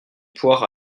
poire